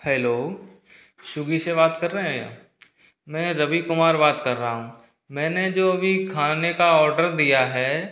hello Swiggy से बात कर रहे हैं आप मैं रवि कुमार बात कर रहा हूँ मैंने जो अभी खाने का ऑर्डर दिया है